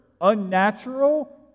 unnatural